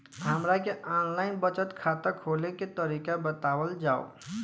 हमरा के online बचत बैंक खाता खोले के तरीका बतावल जाव?